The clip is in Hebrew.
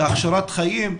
קישורי חיים,